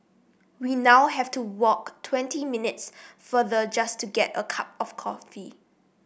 we now have to walk twenty minutes farther just to get a cup of coffee